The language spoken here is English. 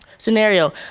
Scenario